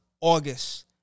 August